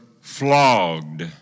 flogged